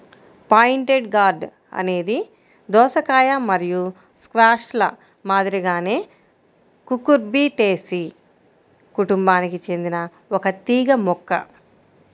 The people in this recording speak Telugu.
పాయింటెడ్ గార్డ్ అనేది దోసకాయ మరియు స్క్వాష్ల మాదిరిగానే కుకుర్బిటేసి కుటుంబానికి చెందిన ఒక తీగ మొక్క